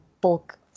bulk